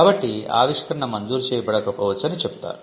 కాబట్టి ఆవిష్కరణ మంజూరు చేయబడకపోవచ్చు అని చెప్పుతారు